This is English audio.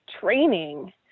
training